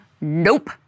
nope